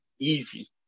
easy